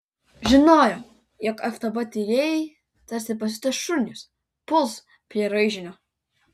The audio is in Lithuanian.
žinojo jog ftb tyrėjai tarsi pasiutę šunys puls prie raižinio